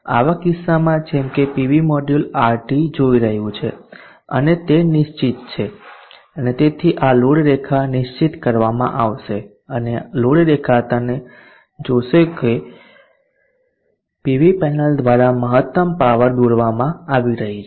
આવા કિસ્સામાં જેમ કે પીવી મોડ્યુલ RT જોઈ રહ્યું છે અને તે નિશ્ચિત છે અને તેથી આ લોડ રેખા નિશ્ચિત કરવામાં આવશે અને લોડ રેખા તેને જોશે કે પીવી પેનલ દ્વારા મહત્તમ પાવર દોરવામાં આવી રહી છે